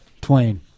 Twain